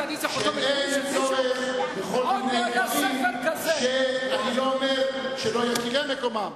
שאין צורך בכל מיני דברים שלא יכירם מקומם,